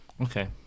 Okay